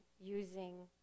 using